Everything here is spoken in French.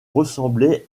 ressemblaient